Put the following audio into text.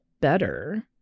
better